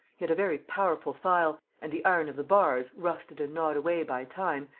he had a very powerful file and the iron of the bars, rusted and gnawed away by time,